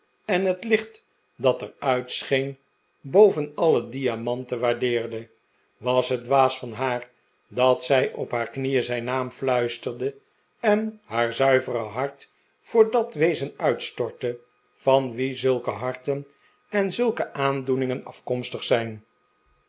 en het licht dat er uit scheen boven alle diamanten waardeerde was het dwaas van haar dat zij op haar knieen zijn naara fluisterde en haar zuivere hart voor dat wezen uitstortte van wien zulke harten en zulke aandoeningen afkomstig zijn